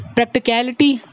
Practicality